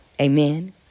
Amen